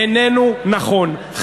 איננו נכון,